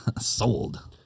Sold